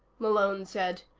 malone said.